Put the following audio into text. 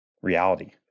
Reality